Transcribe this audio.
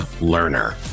learner